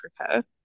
Africa